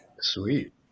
Sweet